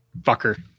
Fucker